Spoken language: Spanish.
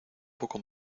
poco